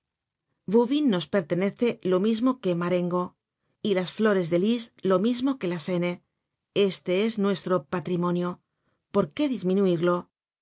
bouvines nos pertenece lo mismo que marengo y las flores de lis lo mismo que las n este es nuestro patrimonio por qué disminuirlo